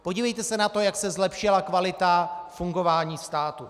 Podívejte se na to, jak se zlepšila kvalita fungování státu.